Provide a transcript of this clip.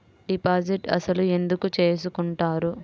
Deposit అసలు ఎందుకు చేసుకుంటారు?